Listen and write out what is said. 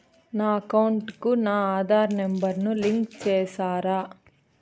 నా అకౌంట్ కు నా ఆధార్ నెంబర్ ను లింకు చేసారా